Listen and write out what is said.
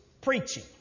preaching